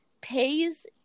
pays